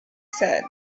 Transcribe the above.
said